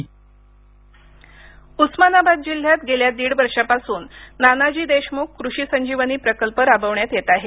उर्स्मानाबाद उस्मानाबाद जिल्ह्यात गेल्या दीड वर्षापासून नानाजी देशमुख कृषी संजीवनी प्रकल्प राबवण्यात येत आहे